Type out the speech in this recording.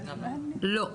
לא.